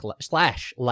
slash